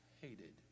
hated